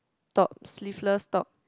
top sleeveless top